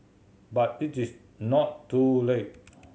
but it is not too late